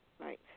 Right